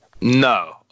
No